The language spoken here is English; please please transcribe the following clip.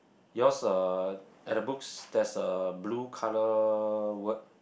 yours uh at the books there's a blue colour word